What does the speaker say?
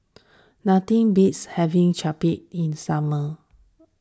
nothing beats having Chapati in the summer